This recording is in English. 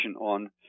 on